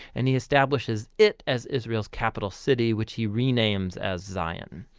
and he establishes it as israel's capital city which he renames as zion.